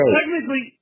Technically